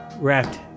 wrapped